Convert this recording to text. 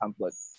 template